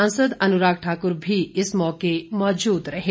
सांसद अनुराग ठाकुर भी इस मौके पर मौजूद थे